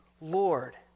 Lord